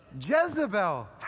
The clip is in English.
Jezebel